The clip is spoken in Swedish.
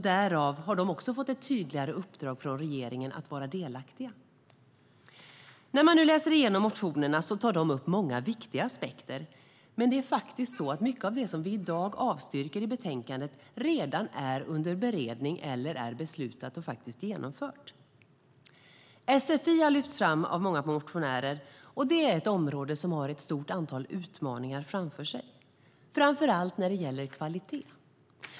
Därmed har de även fått ett tydligare uppdrag av regeringen att vara delaktiga. När man nu läser igenom motionerna kan man se att de tar upp många viktiga aspekter. Men mycket av det som vi i dag avstyrker i betänkandet är redan under beredning eller är beslutat och genomfört. Sfi har lyfts fram av många motionärer, och det är ett område som har ett stort antal utmaningar framför sig, framför allt när det gäller kvaliteten.